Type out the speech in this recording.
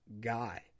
guy